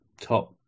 top